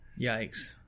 Yikes